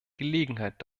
gelegenheit